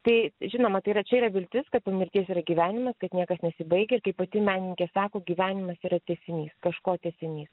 tai žinoma tai yra čia yra viltis kad po mirties yra gyvenimas kad niekas nesibaigiair kaip pati menininkė sako gyvenimas yra tęsinys kažko tęsinys